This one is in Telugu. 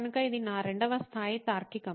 కనుక ఇది నా రెండవ స్థాయి తార్కికం